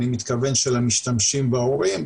אני מתכוון של המשתמשים וההורים,